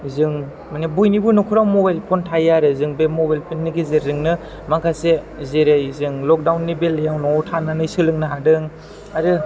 जों माने बयनिबो न'खराव मबाइल फन थायो आरो जों बे मबाइल फन नि गेजेरजोंनो माखासे जेरै जों लखदाउन नि बेलायाव न'आव थानानै सोलोंनो हादों आरो